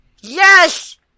Yes